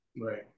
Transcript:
Right